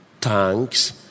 tanks